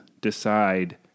decide